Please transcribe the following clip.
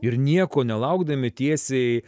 ir nieko nelaukdami tiesiai